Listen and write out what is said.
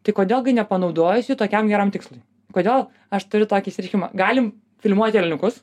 tai kodėl gi nepanaudojus jų tokiam geram tikslui kodėl aš turiu tokį išsireiškimą galim filmuot elniukus